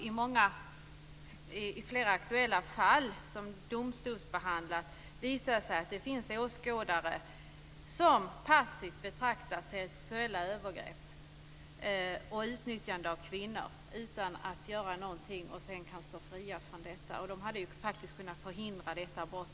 I flera aktuella fall som domstolsbehandlats har det visat sig att det fanns åskådare som passivt betraktat sexuella övergrepp och utnyttjande av kvinnor utan att göra någonting. De har kunnat gå fria från detta. De hade ju faktiskt kunnat förhindra detta brott.